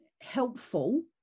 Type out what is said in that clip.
helpful